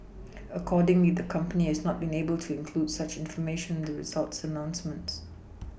accordingly the company has not been able to include such information the results announcements